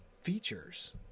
features